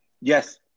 Yes